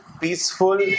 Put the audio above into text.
peaceful